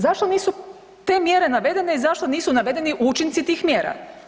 Zašto nisu te mjere navedene i zašto nisu navedeni učinci tih mjera?